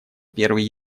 первый